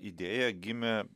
idėja gimė